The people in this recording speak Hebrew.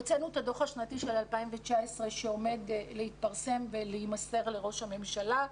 הוצאנו את הדוח השנתי של 2019 שעומד להתפרסם ולהימסר לראש הממשלה,